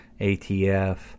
ATF